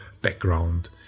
background